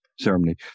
ceremony